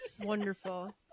Wonderful